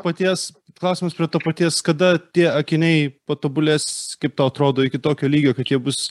paties klausimas prie to paties kada tie akiniai patobulės kaip tau atrodo iki tokio lygio kad jie bus